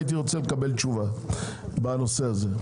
הייתי רוצה לקבל תשובה בנושא הזה.